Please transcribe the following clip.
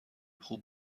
خوب